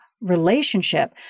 relationship